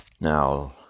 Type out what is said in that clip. Now